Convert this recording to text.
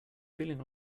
feeling